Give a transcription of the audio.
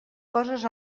coses